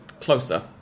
closer